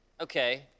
Okay